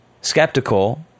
skeptical